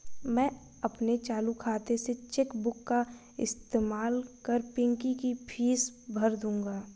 मैं अपने चालू खाता से चेक बुक का इस्तेमाल कर पिंकी की फीस भर दूंगा